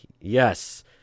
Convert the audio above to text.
yes